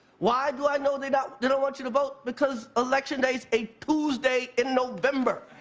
why do i know they don't they don't want you to vote? because election day's a tuesday in november.